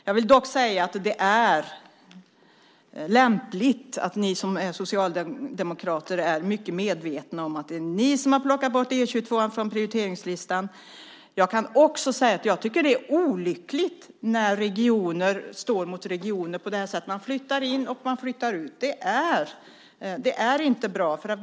Jag vill dock säga att det är lämpligt att ni som är socialdemokrater är mycket medvetna om att det är ni som har plockat bort E 22:an från prioriteringslistan. Jag kan också säga att jag tycker att det är olyckligt när regioner står mot regioner på det här sättet. Man flyttar in, och man flyttar ut. Det är inte bra.